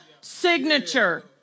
signature